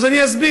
אז אני אסביר.